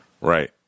Right